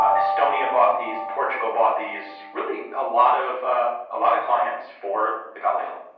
ah estonia bought these, portugal bought these, really a lot of ah lot of clients for the galil.